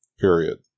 period